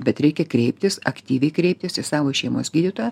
bet reikia kreiptis aktyviai kreiptis į savo šeimos gydytoją